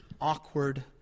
awkward